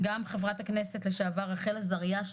גם חברת הכנסת לשעבר רחל עזריה,